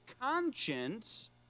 conscience